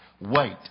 Wait